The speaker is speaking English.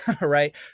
Right